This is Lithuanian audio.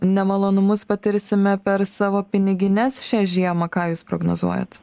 nemalonumus patirsime per savo pinigines šią žiemą ką jūs prognozuojat